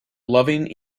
loving